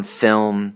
film